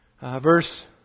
verse